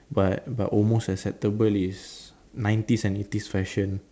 but but almost acceptable is nineties and eighties fashion